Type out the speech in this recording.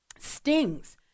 stings